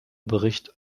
bericht